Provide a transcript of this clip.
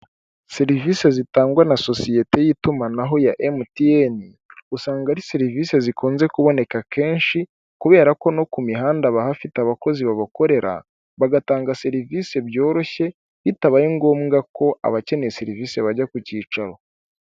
Serivise zitangwa na sosiyete y'itumanaho ya emutineyi usanga ari serivisi zikunze kuboneka kenshi, kubera ko no ku mihanda bahafite abakozi babakorera, bagatanga serivise byoroshye, bitabaye ngombwa ko abakeneye serivisie bajya ku cyicaro.